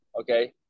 Okay